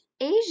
Asia